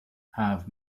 have